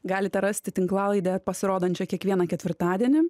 galite rasti tinklalaidę pasirodančią kiekvieną ketvirtadienį